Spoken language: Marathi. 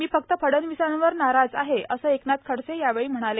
मी फक्त फडणवीसांवर नाराज आहे असं एकनाथ खडसे म्हणाले